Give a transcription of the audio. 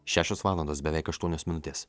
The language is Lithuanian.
šešios valandos beveik aštuonios minutės